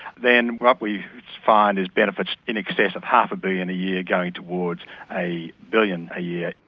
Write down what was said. then what we find is benefits in excess of half a billion a year going towards a billion a year.